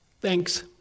Thanks